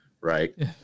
Right